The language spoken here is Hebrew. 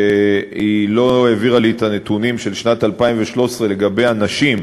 שהיא לא העבירה לי את הנתונים של שנת 2013 לגבי הנשים,